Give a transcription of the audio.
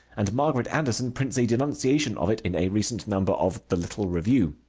and margaret anderson prints a denunciation of it in a recent number of the little review.